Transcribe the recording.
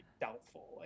doubtful